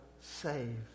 save